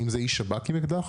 האם זה איש שב"כ עם אקדח,